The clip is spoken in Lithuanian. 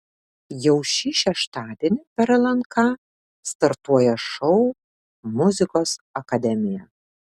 jau šį šeštadienį per lnk startuoja šou muzikos akademija